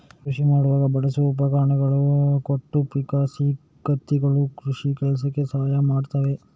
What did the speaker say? ಕೃಷಿ ಮಾಡುವಾಗ ಬಳಸುವ ಉಪಕರಣಗಳಾದ ಕೊಟ್ಟು, ಪಿಕ್ಕಾಸು, ಕತ್ತಿಗಳು ಕೃಷಿ ಕೆಲಸಕ್ಕೆ ಸಹಾಯ ಮಾಡ್ತವೆ